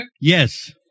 Yes